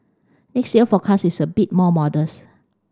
next year forecast is a bit more modest